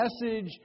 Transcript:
message